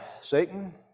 Satan